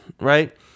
right